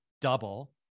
double